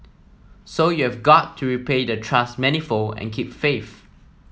so you've got to repay the trust manifold and keep faith